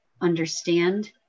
understand